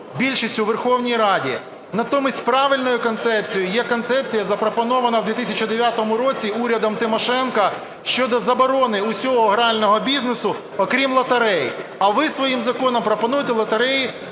більшість у Верховній Раді. Натомість правильною концепцією є концепція, запропонована у 2009 році урядом Тимошенко щодо заборони всього грального бізнесу, окрім лотерей. А ви своїм законом пропонуєте лотереї